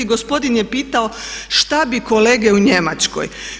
Gospodin je pitao šta bi kolege u Njemačkoj?